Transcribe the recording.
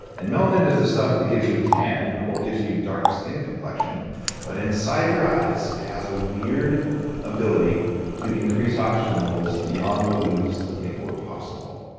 and melanin is the stuff that gives you a tan or gives you dark skin complexion but inside your eyes it has a weird ability to increase oxygen levels beyond what we used to think were possible.